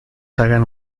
hagan